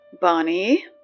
Bonnie